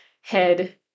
head